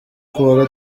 kuwa